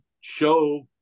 show